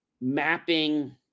mapping